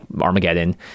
armageddon